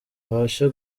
abashe